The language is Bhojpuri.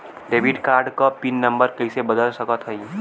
डेबिट कार्ड क पिन नम्बर कइसे बदल सकत हई?